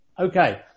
Okay